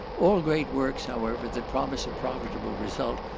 all great works, however, that promise a profitable result,